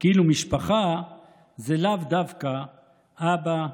כאילו משפחה זה לאו דווקא אבא,